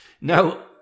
Now